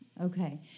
Okay